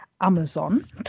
amazon